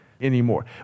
anymore